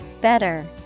Better